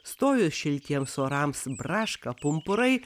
stojus šiltiems orams braška pumpurai